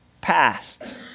past